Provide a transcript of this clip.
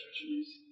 cheese